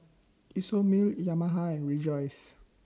Isomil Yamaha and Rejoice